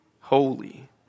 holy